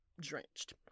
drenched